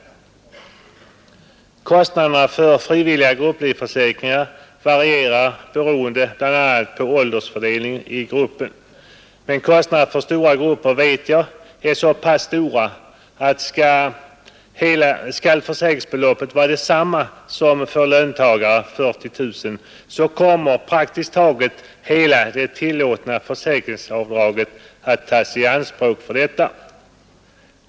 Kostnaderna för frivilliga grupplivförsäkringar varierar beroende bl.a. på åldersfördelningen i gruppen. Men jag vet att kostnaderna för en del grupper är så pass stora att skall försäkringsbeloppet vara detsamma som för löntagare, 41 000, kommer praktiskt taget hela det tillåtna försäkringsavdraget att tas i anspråk för detta.